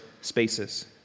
spaces